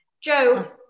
Joe